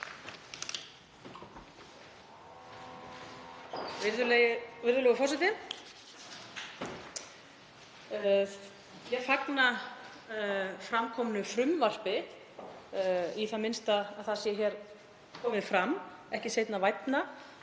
Virðulegi forseti. Ég fagna fram komnu frumvarpi, í það minnsta að það sé komið fram, ekki seinna vænna,